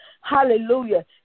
hallelujah